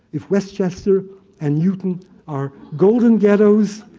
if westchester and newton are golden ghettos,